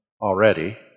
already